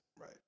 Right